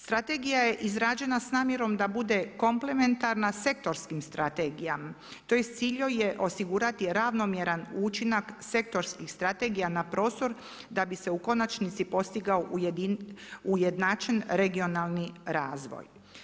Strategije je izrađena s namjerom da bude kompletirana sektorskim strategijama, tj. cilj joj je osigurati ravnomjeran učinak sektorskih strategija na prostor, da bi se u konačnici postigao ujednačen regionalni razvoj.